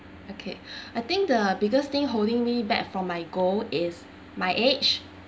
okay I think the biggest thing holding me back from my goal is my age